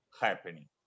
happening